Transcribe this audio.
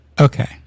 Okay